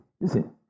listen